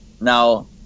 Now